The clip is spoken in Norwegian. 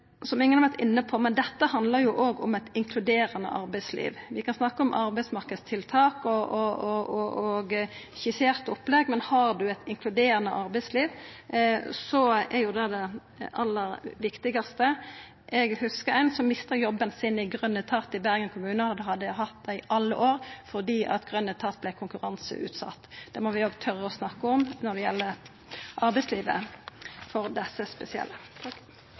som ingen har vore inne på. Dette handlar òg om eit inkluderande arbeidsliv. Vi kan snakka om arbeidsmarknadstiltak og skisserte opplegg, men har vi eit inkluderande arbeidsliv, er jo det det aller viktigaste. Eg hugsar ein som mista jobben sin i Grønn etat i Bergen kommune – som han hadde hatt i alle år – fordi Grønn etat vart konkurranseutsett. Det må vi òg våga å snakka om når det gjeld arbeidslivet for desse spesielle.